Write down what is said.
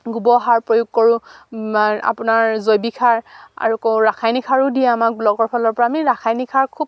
গোবৰ সাৰ প্ৰয়োগ কৰোঁ আপোনাৰ জৈৱিক সাৰ আকৌ ৰাসায়নিক সাৰো দিয়ে আমাক ব্লকৰ ফালৰ পৰা আমি ৰাসায়নিক সাৰ খুব